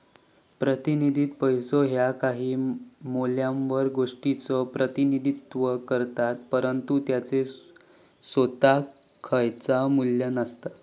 प्रातिनिधिक पैसो ह्या काही मौल्यवान गोष्टीचो प्रतिनिधित्व करतत, परंतु त्याचो सोताक खयचाव मू्ल्य नसता